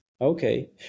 Okay